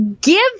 give